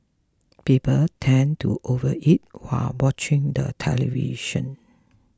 people tend to overeat while watching the television